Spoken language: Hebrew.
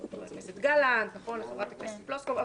חבר הכנסת גלנט לבין חברת הכנסת פלוסקוב,